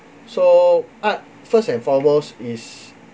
so art first and foremost is